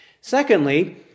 Secondly